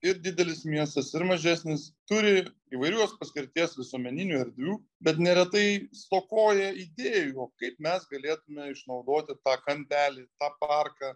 ir didelis miestas ir mažesnis turi įvairios paskirties visuomeninių erdvių bet neretai stokoja idėjų kaip mes galėtume išnaudoti tą kampelį tą parką